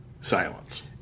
silence